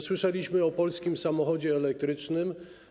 Słyszeliśmy o polskim samochodzie elektrycznym.